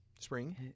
Spring